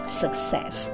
success